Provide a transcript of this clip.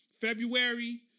February